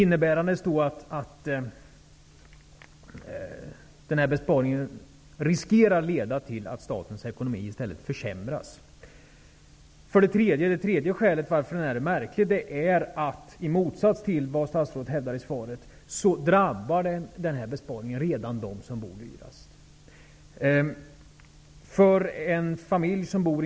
Men med den här besparingen finns i stället risken att statens ekonomi försämras. För det tredje är uppgörelsen märklig därför att den, i motsats till vad statsrådet hävdar i sitt svar, drabbar dem som redan har det dyraste boendet.